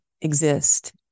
exist